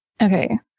Okay